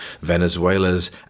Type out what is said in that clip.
Venezuela's